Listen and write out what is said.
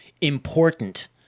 important